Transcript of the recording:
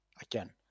again